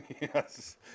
Yes